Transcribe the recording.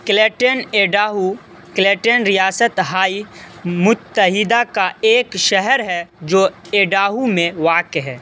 Clayton Idaho Clayton ریاست ہائی متحدہ کا ایک شہر ہے جو ایڈاہو میں واقع ہے